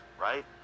right